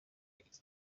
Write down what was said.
iki